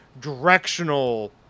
directional